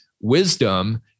Wisdom